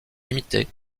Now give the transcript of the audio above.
limitées